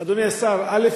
אדוני השר, א.